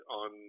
on